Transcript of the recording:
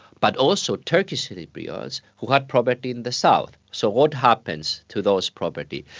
but also turkish cypriots who had property in the south. so what happens to those properties?